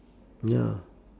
ya